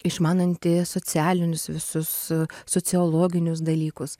išmananti socialinius visus sociologinius dalykus